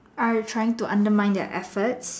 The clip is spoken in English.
I trying to undermine their efforts